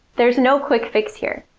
there's no quick fix here.